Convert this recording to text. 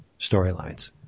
storylines